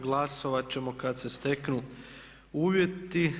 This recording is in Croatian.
Glasovat ćemo kad se steknu uvjeti.